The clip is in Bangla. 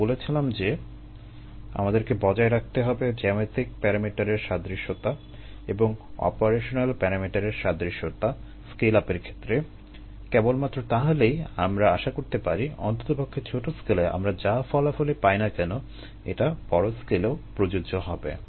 আমরা বলেছিলাম যে আমাদেরকে বজায় রাখতে হবে জ্যামিতিক প্যারামিটারের সাদৃশ্যতা এবং অপারেশনাল প্যারামিটারের সাদৃশ্যতা স্কেল আপের ক্ষেত্রে কেবলমাত্র তাহলেই আমরা আশা করতে পারি অন্ততপক্ষে ছোট স্কেলে আমরা যা ফলাফলই পাই না কেন এটা বড় স্কেলেও প্রযোজ্য হবে